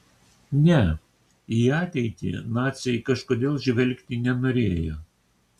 ne į ateitį naciai kažkodėl žvelgti nenorėjo